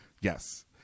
yes